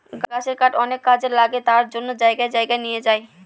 গাছের কাঠ অনেক কাজে লাগে তার জন্য জায়গায় জায়গায় নিয়ে যায়